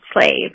Slave